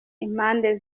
impande